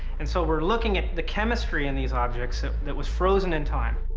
and so we're looking at the chemistry in these objects that was frozen in time.